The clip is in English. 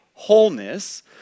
wholeness